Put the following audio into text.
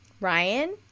Ryan